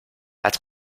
als